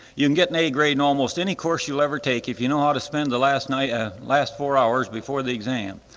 you can get an a grade in almost any course you'll ever take if you know how to spend the last night last four hours before the exam.